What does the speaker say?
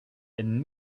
and